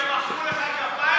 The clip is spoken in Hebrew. סמוטריץ, הם מחאו לך כפיים?